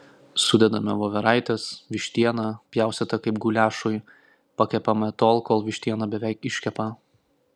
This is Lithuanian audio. sudedame voveraites vištieną pjaustytą kaip guliašui pakepame tol kol vištiena beveik iškepa